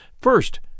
First